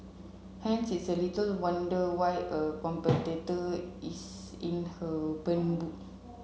hence it's a little wonder why a competitor is in her burn book